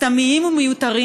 סתמיים ומיותרים,